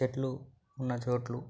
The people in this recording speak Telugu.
చెట్లు ఉన్న చోట్లు